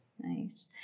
Nice